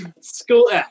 school